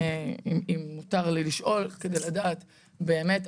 אם מותר לי לשאול כדי לדעת באמת,